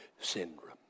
syndrome